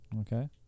Okay